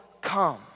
come